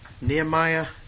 Nehemiah